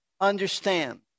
understand